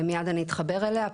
מייד אני אתחבר אליה.